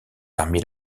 parmi